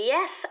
Yes